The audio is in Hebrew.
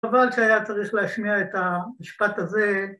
‫חבל שהיה צריך להשמיע ‫את המשפט הזה.